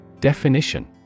Definition